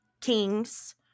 kings